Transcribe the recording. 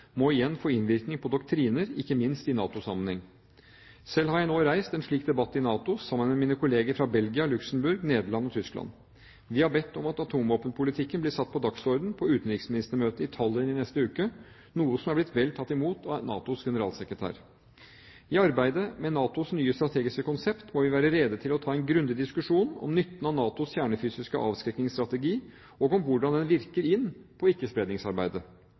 må igjen få innvirkning på doktriner, ikke minst i NATO-sammenheng. Selv har jeg nå reist en slik debatt i NATO sammen med mine kolleger fra Belgia, Luxembourg, Nederland og Tyskland. Vi har bedt om at atomvåpenpolitikken blir satt på dagsordenen på utenriksministermøtet i Tallinn i neste uke, noe som er blitt vel tatt imot av NATOs generalsekretær. I arbeidet med NATOs nye strategiske konsept må vi være rede til å ta en grundig diskusjon om nytten av NATOs kjernefysiske avskrekkingsstrategi og om hvordan den virker inn på ikkespredningsarbeidet.